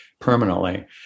permanently